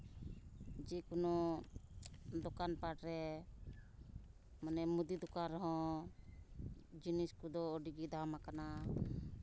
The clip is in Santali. ᱡᱮ ᱠᱳᱱᱳ ᱫᱚᱠᱟᱱ ᱯᱟᱴᱷ ᱨᱮ ᱢᱟᱱᱮ ᱢᱩᱫᱤ ᱫᱚᱠᱟᱱ ᱨᱮᱦᱚᱸ ᱡᱤᱱᱤᱥ ᱠᱚᱫᱚ ᱟᱹᱰᱤᱜᱮ ᱫᱟᱢ ᱠᱟᱱᱟ